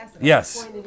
Yes